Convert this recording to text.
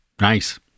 nice